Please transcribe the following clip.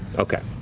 okay.